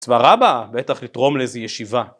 צבא רבה, בטח יתרום לאיזה ישיבה.